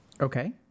Okay